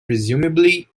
presumably